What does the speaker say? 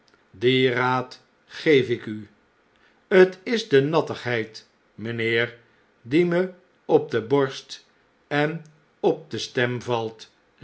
dien raad geef ik u t is de nattigheid mynheer die me op de borst en op de stem valt